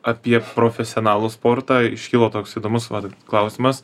apie profesionalų sportą iškilo toks įdomus vat klausimas